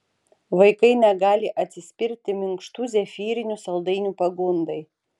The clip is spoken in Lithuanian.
vaikai negali atsispirti minkštų zefyrinių saldainių pagundai